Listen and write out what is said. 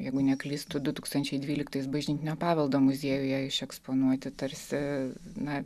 jeigu neklystu du tūkstančiai dvyliktais bažnytinio paveldo muziejuje eksponuoti tarsi na